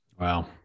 Wow